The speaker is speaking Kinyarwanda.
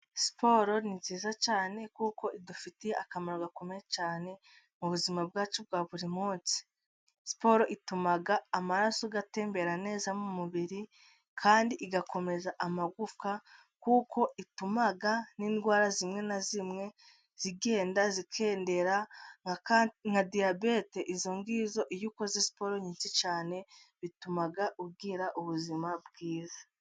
Siporo ni nziza cyane kuko idufitiye akamaro gakomeye cyane, mu buzima bwacu bwa buri munsi. Siporo ituma amaraso atembera neza mu mubiri, kandi igakomeza amagufwa. Kuko ituma n'indwara zimwe na zimwe zigenda zikendera nka diyabete. Izo ngizo iyo ukoze siporo nyinshi cyane bituma ugira ubuzima bwiza.